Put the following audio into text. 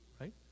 right